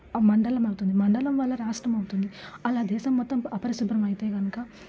మండలం అవుతుంది మండలం వల్ల రాష్ట్రం అవుతుంది అలా దేశం మొత్తం అపరిశుభ్రం అయితే కనుక